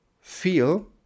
Feel